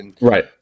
Right